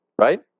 right